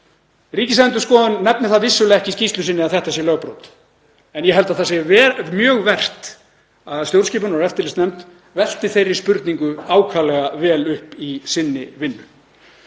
Ríkisendurskoðun nefnir það vissulega ekki í skýrslu sinni að þetta sé lögbrot en ég held að það sé mjög vert að stjórnskipunar- og eftirlitsnefnd velti þeirri spurningu ákaflega vel upp í sinni vinnu.